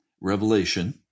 Revelation